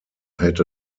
had